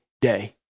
day